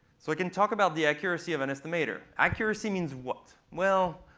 so i can talk about the accuracy of an estimator. accuracy means what? well,